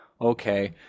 okay